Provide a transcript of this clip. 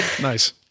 Nice